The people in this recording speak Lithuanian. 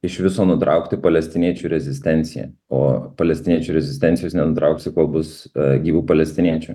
iš viso nutraukti palestiniečių rezistenciją o palestiniečių rezistencijos nenutrauksi kol bus gyvų palestiniečių